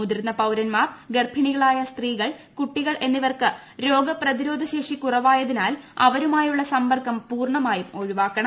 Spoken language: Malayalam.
മുതിർന്ന പൌരന്മാർ ഗർഭിണികളായ സ്ത്രീകൾ കുട്ടികൾ എന്നിവർക്ക് രോഗപ്രതിരോധശേഷി കുറവായതിനാൽ അവരുമായുള്ള സമ്പർക്കം പൂർണ്ണമായും ഒഴിവാക്കണം